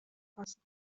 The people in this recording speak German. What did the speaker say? fassen